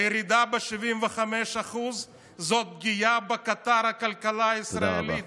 הירידה ב-75% היא פגיעה בקטר הכלכלה הישראלית,